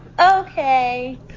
Okay